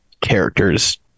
characters